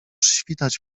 świtać